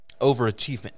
overachievement